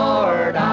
Lord